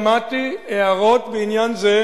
שמעתי הערות בעניין הזה,